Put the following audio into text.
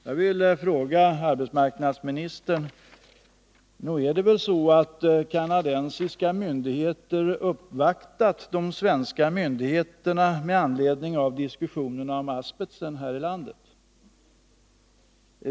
Jag vill fråga arbetsmarknadsministern: Nog är det väl så att kanadensiska myndigheter uppvaktat de svenska myndigheterna med anledning av diskussionerna om asbesten här i landet?